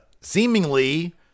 Seemingly